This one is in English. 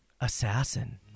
assassin